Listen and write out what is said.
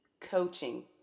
Coaching